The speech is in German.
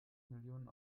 millionen